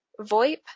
VoIP